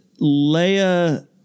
Leia